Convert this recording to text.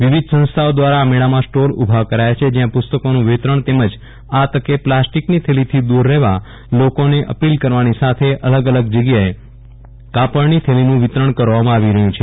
વિવિધ સંસ્થાઓ દ્વારા આ મેળામાં સ્ટોલ ઉભા કરાયા છે જ્યાં પુસ્તકોનું વિતરણ તેમજ આ તકે પ્લાસ્ટીકની થેલીથી દૂર રહેવા લોકોને અપીલ કરવાની સાથે અલગ અલગ જગ્યાએ કાપડની થેલીનું વિતરણ કરવામાં આવી રહ્યું છે